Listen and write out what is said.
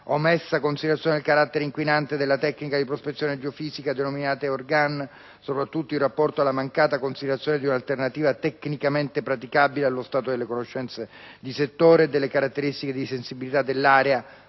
omessa considerazione del carattere inquinante della tecnica di prospezione geofisica denominata "Air Gun", soprattutto in rapporto alla mancata considerazione di un'alternativa tecnicamente praticabile allo stato delle conoscenze di settore e delle caratteristiche di sensibilità dell'area